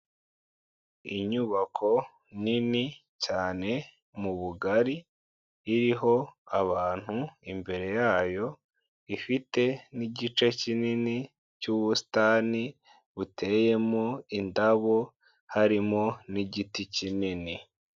Inyubako nini cyane mu bugari iriho abantu, imbere yayo ifite n'igice kinini cy'ubusitani buteyemo indabo harimo n'igiti kinini.